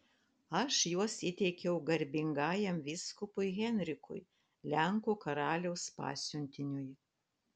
aš juos įteikiau garbingajam vyskupui henrikui lenkų karaliaus pasiuntiniui